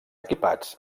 equipats